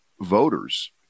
voters